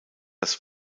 das